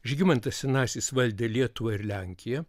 žygimantas senasis valdė lietuvą ir lenkiją